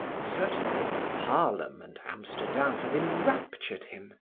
certainly, haarlem and amsterdam had enraptured him.